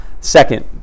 Second